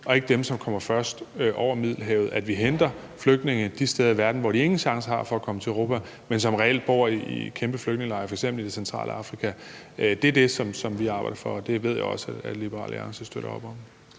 og ikke dem, som kommer først over Middelhavet, at vi henter flygtninge de steder i verden, hvor de ingen chance har for at komme til Europa, men som reelt bor i kæmpe flygtningelejre, f.eks. i det centrale Afrika. Det er det, som vi arbejder for, og det ved jeg også Liberal Alliance støtter op om.